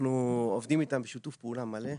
אנחנו עובדים איתם בשיתוף פעולה מלא.